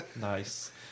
Nice